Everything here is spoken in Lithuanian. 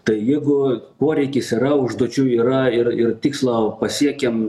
tai jeigu poreikis yra užduočių yra ir ir tikslą pasiekėm